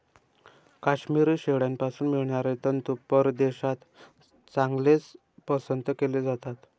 काश्मिरी शेळ्यांपासून मिळणारे तंतू परदेशात चांगलेच पसंत केले जातात